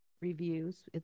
reviews